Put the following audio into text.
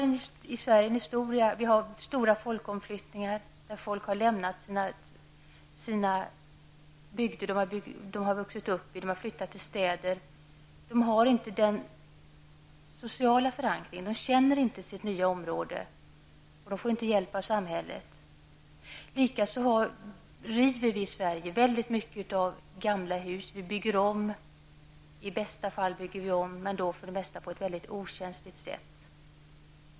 Vi har i Sverige en historia med stora folkomflyttningar, där folk har lämnat de bygder de har vuxit upp i och flyttat till städer. Där har de inte den sociala förankringen, och de känner inte sitt nya område och får inte heller hjälp av samhället. Lika så river vi ofta gamla hus i Sverige. I bästa fall bygger vi om dem, men då ofta på ett okänsligt sätt.